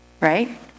right